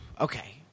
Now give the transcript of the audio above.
Okay